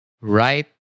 right